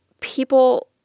People